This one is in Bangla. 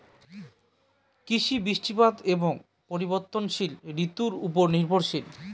কৃষি বৃষ্টিপাত এবং পরিবর্তনশীল ঋতুর উপর নির্ভরশীল